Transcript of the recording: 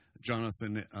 Jonathan